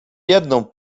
jedną